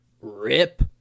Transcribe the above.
Rip